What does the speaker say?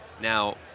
Now